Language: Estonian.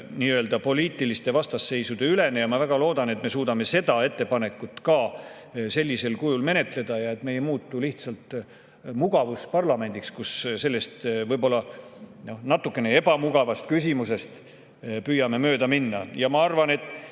nii-öelda poliitiliste vastasseisude ülene. Ma väga loodan, et me suudame seda ettepanekut sellisel kujul ka menetleda ja et me ei muutu lihtsalt mugavusparlamendiks, kus me sellest võib-olla natukene ebamugavast küsimusest püüame mööda minna.